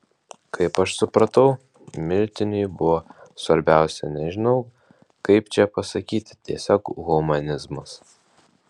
kaip aš supratau miltiniui buvo svarbiausia nežinau kaip čia pasakyti tiesiog humanizmas